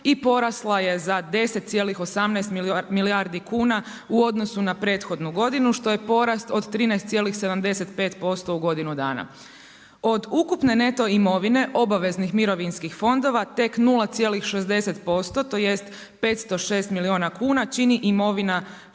i porasla je za 10,18 milijardi kuna u odnosu na prethodnu godinu, što je porast od 13,75% u godinu dana. Od ukupne neto imovine obaveznih mirovinskih fondova, tek 0,60%, tj. 506 milijuna kuna čini imovine